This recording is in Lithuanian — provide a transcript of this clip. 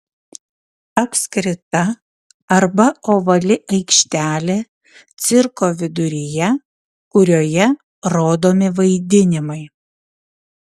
apskrita arba ovali aikštelė cirko viduryje kurioje rodomi vaidinimai